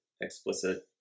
explicit